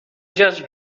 just